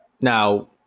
now